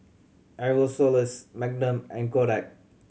Aerosoles Magnum and Kodak